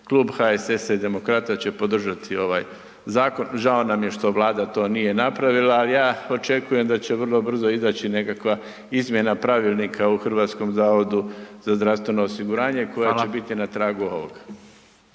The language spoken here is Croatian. Klub HSS-a i Demokrata će podržat ovaj zakon. Žao nam je što Vlada to nije napravila. Ja očekujem da će vrlo brzo izaći nekakva izmjena Pravilnika u HZZO-u koja će biti na tragu ovog.